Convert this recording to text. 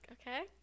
okay